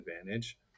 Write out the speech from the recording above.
advantage